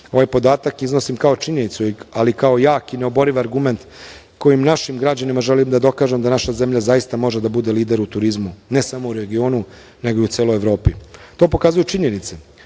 Ovaj podatak iznosim kao činjenicu, ali i kao jak i neoboriv argument kojim našim građanima želim da dokažem da naša zemlja zaista može da bude lider u turizmu, ne samo u regionu, nego i u celoj Evropi. To pokazuju činjenice,